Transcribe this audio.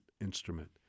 instrument